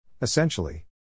Essentially